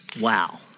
Wow